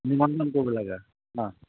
নিমন্ত্ৰণ কৰিব লাগে অ